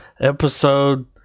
episode